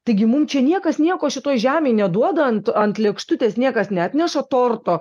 taigi mum čia niekas nieko šitoj žemėj neduoda ant ant lėkštutės niekas neatneša torto